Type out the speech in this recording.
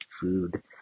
food